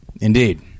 Indeed